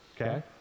okay